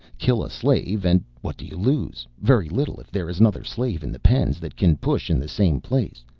kill a slave and what do you lose? very little if there is another slave in the pens that can push in the same place.